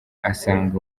asanga